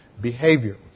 behavior